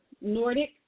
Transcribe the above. Nordic